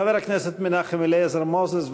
חבר הכנסת מנחם אליעזר מוזס,